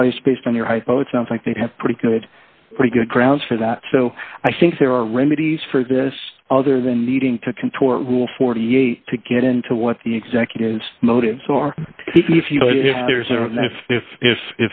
bias based on their hypo it sounds like they have pretty good pretty good grounds for that so i think there are remedies for this other than needing to contort rule forty eight to get into what the executives motives are if